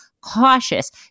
cautious